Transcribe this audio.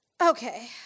Okay